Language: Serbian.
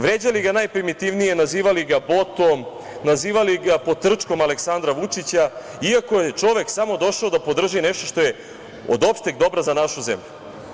Vređali ga najprimitivnije, nazivali ga botom, nazivali ga potrčkom Aleksandra Vučića iako je čovek samo došao da podrži nešto što je od opšteg dobra za našu zemlju.